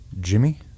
Jimmy